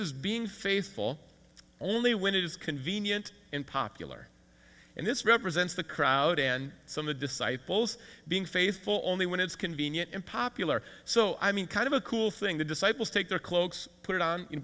is being faithful only when it is convenient and popular and this represents the crowd and some the disciples being faithful only when it's convenient and popular so i mean kind of a cool thing the disciples take their cloaks put